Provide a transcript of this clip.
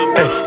Hey